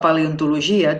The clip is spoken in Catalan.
paleontologia